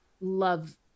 love